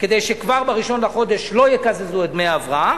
כדי שכבר ב-1 בחודש לא יקזזו את דמי ההבראה,